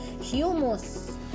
Humus